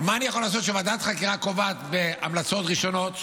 מה אני יכול לעשות שוועדת החקירה קובעת בהמלצות ראשונות,